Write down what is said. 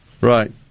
Right